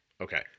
Okay